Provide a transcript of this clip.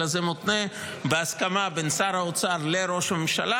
אלא זה מותנה בהסכמה בין שר האוצר לראש הממשלה.